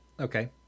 Okay